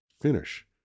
finish